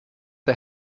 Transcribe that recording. der